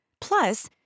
plus